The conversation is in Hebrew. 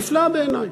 נפלא בעיני.